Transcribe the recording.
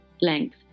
length